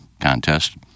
contest